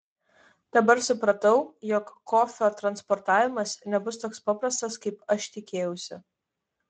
dabar supratau jog kofio transportavimas nebus toks paprastas kaip aš tikėjausi